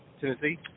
Tennessee